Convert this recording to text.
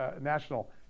national